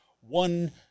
one